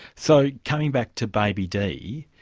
so, coming back to baby d,